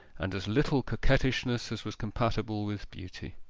and as little coquettishness as was compatible with beauty.